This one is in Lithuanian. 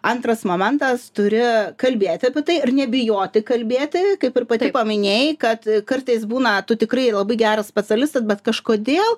antras momentas turi kalbėti apie tai ir nebijoti kalbėti kaip ir pati paminėjai kad kartais būna tu tikrai labai geras specialistas bet kažkodėl